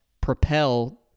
propel